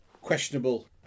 questionable